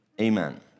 Amen